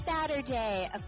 Saturday